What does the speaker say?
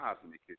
cosmic